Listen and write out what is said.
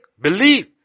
Believe